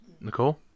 Nicole